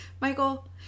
Michael